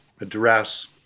address